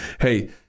Hey